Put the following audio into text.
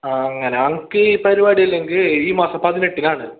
ആ അങ്ങനെ എനിക്ക് ഈ പരിപാടിയില്ലെങ്കിൽ ഈ മാസം പതിനെട്ടിനാണ്